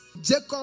Jacob